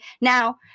Now